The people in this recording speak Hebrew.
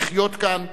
לחיות כאן,